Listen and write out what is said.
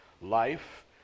life